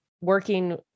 working